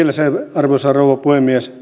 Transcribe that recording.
arvoisa puhemies